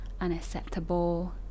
unacceptable